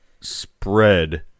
spread